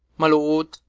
my lord